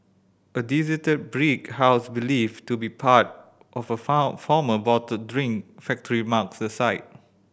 a deserted brick house believed to be part of a former bottled drink factory marks the site